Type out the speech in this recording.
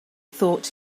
thought